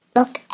Look